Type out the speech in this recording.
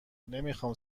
نمیخام